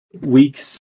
weeks